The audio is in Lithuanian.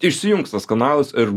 išsijungs tas kanalas ir